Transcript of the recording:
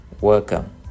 Welcome